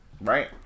Right